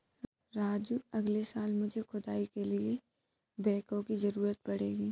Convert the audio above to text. राजू अगले साल मुझे खुदाई के लिए बैकहो की जरूरत पड़ेगी